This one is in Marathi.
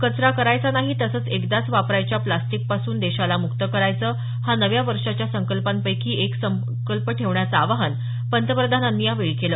कचरा करायचा नाही तसंच एकदाच वापरायच्या प्रॅस्टिकपासून देशाला मुक्त करायचं हा नव्या वर्षाच्या संकल्पांपैकी एक संकल्प ठेवण्याचं आवाहन पंतप्रधानांनी या वेळी केलं